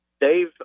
Dave